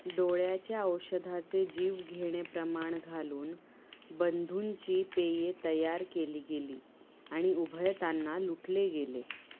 डोळ्याच्या औषधाचे जीवघेणेप्रमाण घालून बंधूंची पेये तयार केली गेली आणि उभयतांना लुटले गेले